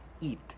eat